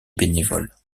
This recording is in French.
bénévoles